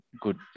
good